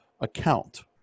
account